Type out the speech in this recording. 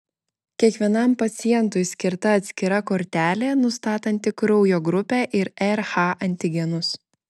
kiekvienam pacientui skirta atskira kortelė nustatanti kraujo grupę ir rh antigenus